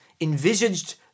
envisaged